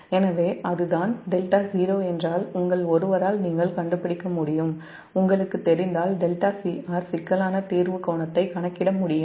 எனவே அதுதான் δ0 என்றால் உங்கள் ஒருவரால் நீங்கள் கண்டுபிடிக்க முடியும் உங்களுக்கு தெரிந்தால் δcr சிக்கலான தீர்வு கோணத்தை கணக்கிட முடியும்